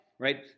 right